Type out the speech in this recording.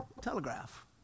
telegraph